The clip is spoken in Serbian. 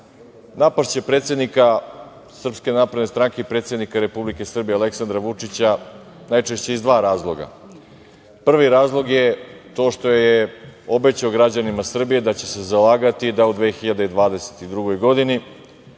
napašće predsednika SNS i predsednika Republike Srbije Aleksandra Vučića najčešće iz dva razloga. Prvi razlog je to što je obećao građanima Srbije da će se zalagati da u 2022. godini